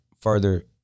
further